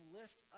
lift